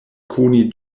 koni